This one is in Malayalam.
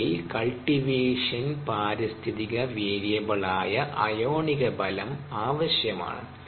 അല്ലെങ്കിൽ കൾടിവേഷന് പാരിസ്ഥിതിക വേരിയബിൾ ആയ അയോണിക ബലo ആവശ്യമാണ്